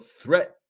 threat